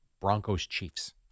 Broncos-Chiefs